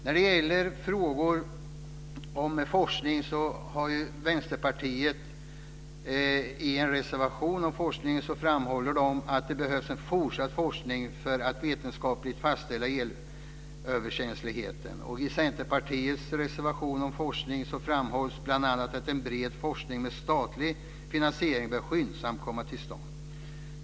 När det gäller Vänsterpartiets reservation om forskning framhålls att det behövs en fortsatt forskning för att vetenskapligt fastställa elöverkänslighet. I Centerpartiets reservation om forskning framhålls bl.a. att en bred forskning med statlig finansiering bör skyndsamt komma till stånd.